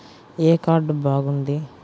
ఏ card బాగుంది?